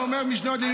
אמרתי לך.